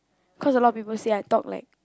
cause I a lot of people say I talk like